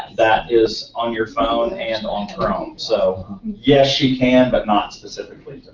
that is on your phone and on chrome. so yes, she can, but not specifically.